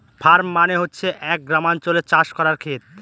farm মানে হচ্ছে এক গ্রামাঞ্চলে চাষ করার খেত